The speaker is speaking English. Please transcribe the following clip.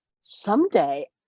someday